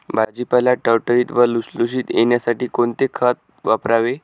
भाजीपाला टवटवीत व लुसलुशीत येण्यासाठी कोणते खत वापरावे?